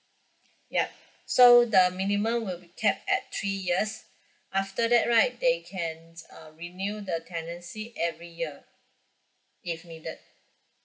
yup so the minimum will be capped at three years after that right they can uh renew the tenancy every year if needed